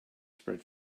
spread